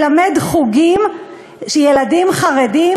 לממן חוגים של ילדים חרדים,